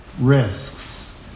risks